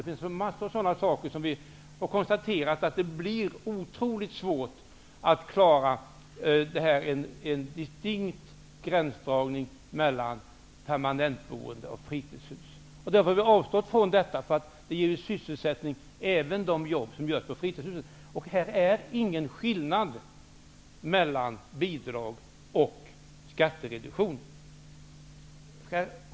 Det finns massor av saker som gör att vi kan konstatera att det blir otroligt svårt att klara en distinkt gränsdragning mellan permanenthus och fritidshus. Vi har därför avstått från detta. Även de jobb som görs på fritidshus ger ju sysselsättning. Här är ingen skillnad mellan bidrag och skattereduktion.